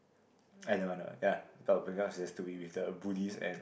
I know I know ya but because has to be with the bullies and